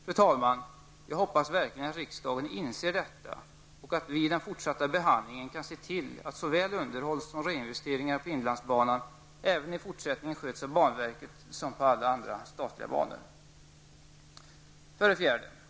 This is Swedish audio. Fru talman! Jag hoppas verkligen att riksdagen inser detta och att vi i den fortsatta behandlingen kan se till att såväl underhåll som reinvesteringar på inlandsbanan även i fortsättningen sköts av banverket som på alla andra statliga banor. 4.